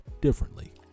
differently